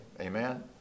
Amen